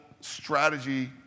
strategy